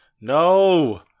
No